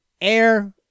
air